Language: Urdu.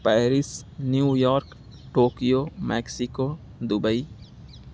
Paris New York Tokyo Mexico Dubai